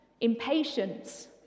impatience